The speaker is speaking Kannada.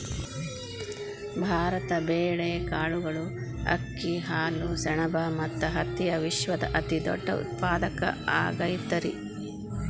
ಭಾರತ ಬೇಳೆ, ಕಾಳುಗಳು, ಅಕ್ಕಿ, ಹಾಲು, ಸೆಣಬ ಮತ್ತ ಹತ್ತಿಯ ವಿಶ್ವದ ಅತಿದೊಡ್ಡ ಉತ್ಪಾದಕ ಆಗೈತರಿ